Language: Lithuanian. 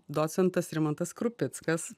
docentas rimantas krupickas